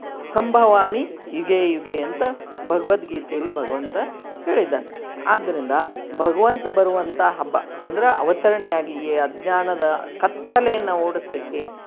ಸಂಭವಾಮಿ ಯುಗೇ ಯುಗೇ ಅಂತ ಭಗವದ್ಗೀತೆಯಲ್ಲಿ ಭಗವಂತ ಹೇಳಿದ್ದಾನೆ ಆದ್ರಿಂದ ಭಗವಂತ ಬರುವಂಥ ಹಬ್ಬ ಅಂದ್ರೆ ಅವತರಣೆಯಾಗಿ ಈ ಅಜ್ಞಾನದ ಕತ್ತಲೆಯನ್ನು ಓಡಿಸ್ಲಿಕ್ಕೆ